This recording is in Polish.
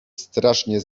strasznie